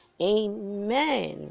Amen